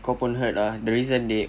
kau pun heard ah the reason they